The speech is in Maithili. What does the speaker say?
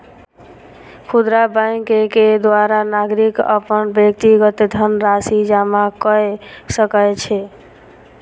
खुदरा बैंक के द्वारा नागरिक अपन व्यक्तिगत धनराशि जमा कय सकै छै